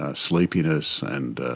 ah sleepiness and